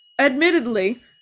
admittedly